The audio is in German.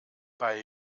bei